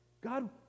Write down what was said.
god